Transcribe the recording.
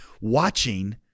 watching